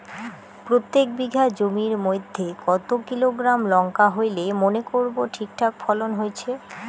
প্রত্যেক বিঘা জমির মইধ্যে কতো কিলোগ্রাম লঙ্কা হইলে মনে করব ঠিকঠাক ফলন হইছে?